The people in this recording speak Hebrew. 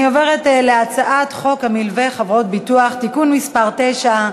אני עוברת להצעת חוק המלווה (חברות ביטוח) (תיקון מס' 9),